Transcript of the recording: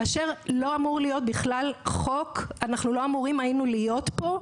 לא אמור להיות בכלל חוק; אנחנו לא היינו אמורים להיות פה,